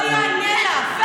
אני לא אענה לך.